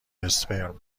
اسپرم